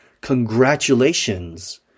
congratulations